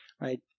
right